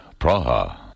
Praha